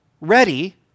ready